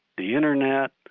the internet,